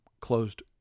closed